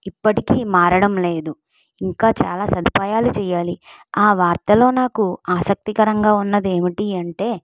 ఇప్పటికీ మారడం లేదు ఇంకా చాలా సదుపాయాలు చేయాలి ఆ వార్తలో నాకు ఆసక్తికరంగా ఉన్నది ఏమిటీ అంటే